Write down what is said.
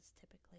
typically